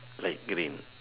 light green